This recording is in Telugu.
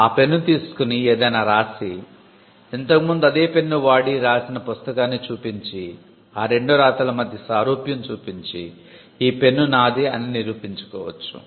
ఆ పెన్ను తీసుకుని ఏదైనా రాసి ఇంతకు ముందు అదే పెన్ను వాడి రాసిన పుస్తకాన్ని చూపించి ఆ రెండు రాతల మధ్య సారూప్యం చూపించి ఈ పెన్ను నాదే అని నిరూపించుకోవచ్చు